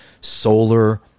solar